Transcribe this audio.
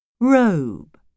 Robe